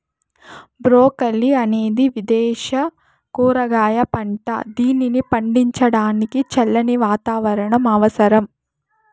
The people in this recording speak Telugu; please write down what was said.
బ్రోకలి అనేది విదేశ కూరగాయ పంట, దీనిని పండించడానికి చల్లని వాతావరణం అవసరం